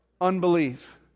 unbelief